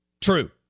True